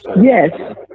Yes